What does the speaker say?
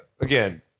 again